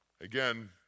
again